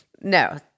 No